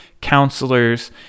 counselors